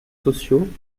sociaux